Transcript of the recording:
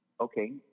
okay